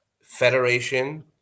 federation